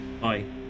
Bye